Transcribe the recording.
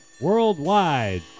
Worldwide